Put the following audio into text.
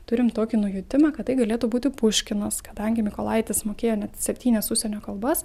turim tokį nujautimą kad tai galėtų būti puškinas kadangi mykolaitis mokėjo net septynias užsienio kalbas